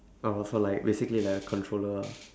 oh so like basically like a controller ah